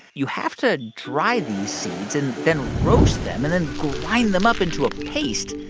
you have to dry these seeds and then roast them and then grind them up into a paste.